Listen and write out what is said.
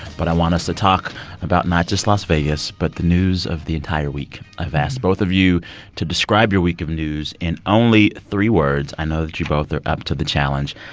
but i want us to talk about not just las vegas but the news of the entire week. i've asked both of you to describe your week of news in only three words. i know that you both are up to the challenge.